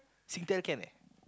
Singtel can eh